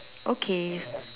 okay